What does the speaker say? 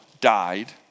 died